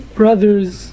brothers